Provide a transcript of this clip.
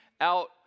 out